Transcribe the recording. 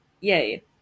yay